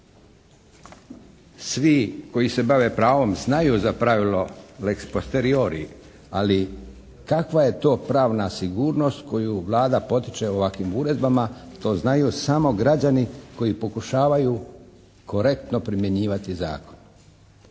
Svi koji se bave pravom znaju za pravilo lex posteriori, ali kakva je to pravna sigurnost koju Vlada potiče ovakvim uredbama to znaju samo građani koji pokušavaju korektno primjenjivati zakon.